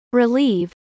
Relieve